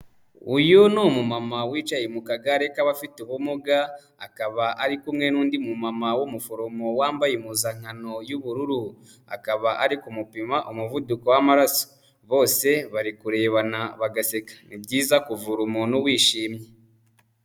Uyu ni umumama wicaye mu kagare k'abafite ubumuga, akaba ari kumwe n'undi mumama w'umuforomo wambaye impuzankano y'ubururu, akaba ari kumupima umuvuduko w'amaraso, bose bari kurebana bagaseka, ni byiza kuvura umuntu wishimye.